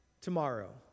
tomorrow